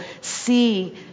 see